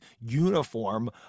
uniform